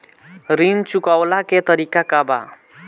ऋण चुकव्ला के तरीका का बा?